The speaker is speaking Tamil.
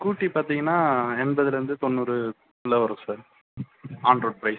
ஸ்கூட்டி பார்த்தீங்கனா எண்பதுலேருந்து தொண்ணூறுக்குள்ளே வரும் சார் ஆன் ரோட் ப்ரைஸ்